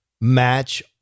match